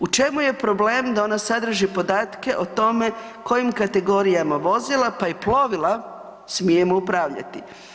U čemu je problem da ona sadrži podatke o tome kojim kategorijama vozila pa i polovila smijemo upravljati?